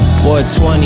420